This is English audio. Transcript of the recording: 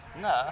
No